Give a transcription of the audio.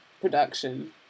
production